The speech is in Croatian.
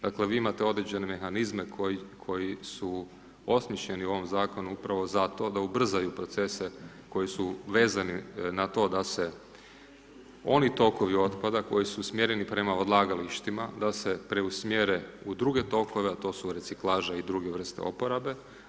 Dakle vi imate određene mehanizme koji su osmišljeni u ovom zakonu upravo zato da ubrzaju procese koji su vezani na to da se oni tokovi otpada koji su usmjereni prema odlagalištima da se preusmjere u druge tokove a to su reciklaža i druge vrste oporabe.